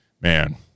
man